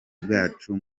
bwacu